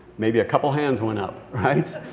maybe a couple hands went up, right?